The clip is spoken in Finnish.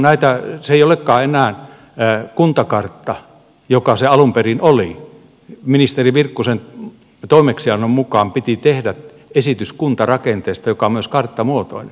se ei olekaan enää kuntakartta joka se alun perin oli ministeri virkkusen toimeksiannon mukaan piti tehdä esitys kuntarakenteesta joka on myös karttamuotoinen vaan nyt se onkin selvitysalue